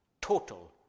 total